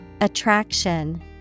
Attraction